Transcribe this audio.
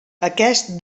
aquest